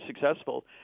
successful